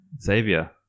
Xavier